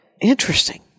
Interesting